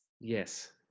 Yes